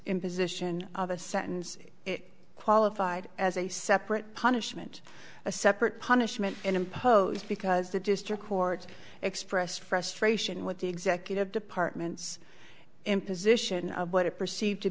imposition of a sentence qualified as a separate punishment a separate punishment imposed because the district court expressed frustration with the executive department's imposition of what it perceived to